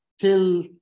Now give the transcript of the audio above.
till